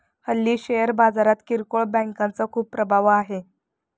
हल्ली शेअर बाजारात किरकोळ बँकांचा खूप प्रभाव आहे